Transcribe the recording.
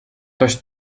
tots